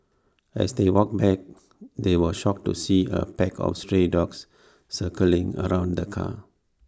as they walked back they were shocked to see A pack of stray dogs circling around the car